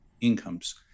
incomes